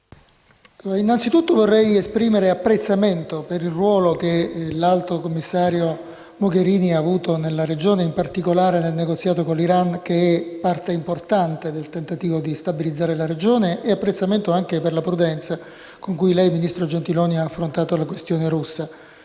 innanzitutto vorrei esprimere apprezzamento per il ruolo che l'alto commissario Mogherini ha avuto nella regione, in particolare nel negoziato con l'Iran, che è parte importante del tentativo di stabilizzare la regione, e apprezzamento anche per la prudenza con cui lei, ministro Gentiloni, ha affrontato la questione russa.